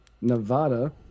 Nevada